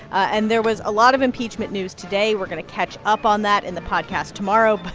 and there was a lot of impeachment news today. we're going to catch up on that in the podcast tomorrow.